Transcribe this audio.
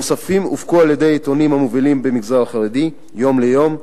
המוספים הופקו על-ידי העיתונים המובילים במגזר החרדי: "יום ליום",